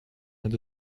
hat